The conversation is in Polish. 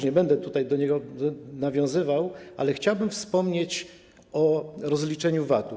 Nie będę już do tego nawiązywał, ale chciałbym wspomnieć o rozliczeniu VAT-u.